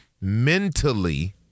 mentally